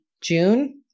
June